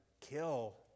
kill